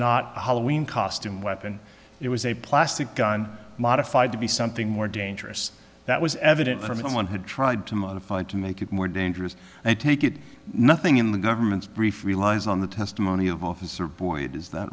not a hollow in costume weapon it was a plastic gun modified to be something more dangerous that was evident from someone who tried to modify it to make it more dangerous and take it nothing in the government's brief relies on the testimony of officer boyd is that